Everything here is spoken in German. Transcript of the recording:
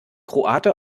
kroate